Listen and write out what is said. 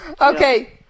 Okay